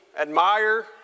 admire